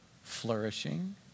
flourishing